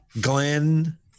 Glenn